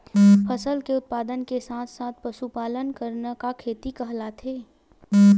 फसल के उत्पादन के साथ साथ पशुपालन करना का खेती कहलाथे?